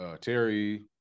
Terry